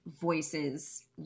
voices